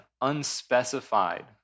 unspecified